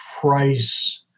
price